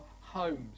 homes